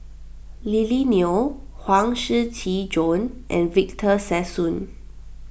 Lily Neo Huang Shiqi Joan and Victor Sassoon